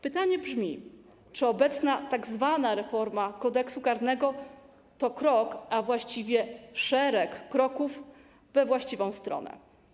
Pytanie brzmi: Czy obecna tzw. reforma Kodeksu karnego to krok, a właściwie szereg kroków we właściwą stronę?